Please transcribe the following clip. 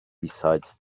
besides